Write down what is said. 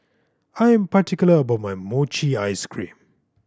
I'm particular about my mochi ice cream